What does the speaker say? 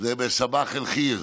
סבח אל-ח'יר.